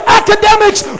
academics